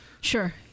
Sure